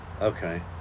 Okay